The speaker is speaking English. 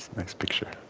nice picture